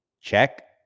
check